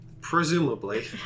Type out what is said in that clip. Presumably